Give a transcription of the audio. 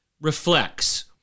reflects